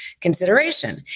consideration